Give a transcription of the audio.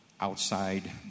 Outside